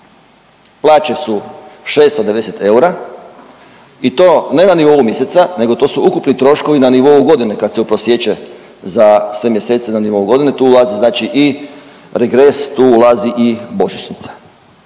Plaće su 690 eura i to ne na nivou mjeseca nego to su ukupni troškovi na nivou godine kad se uprosječe za sve mjesece na nivou godine tu ulazi znači i regres, tu ulazi i božićnica.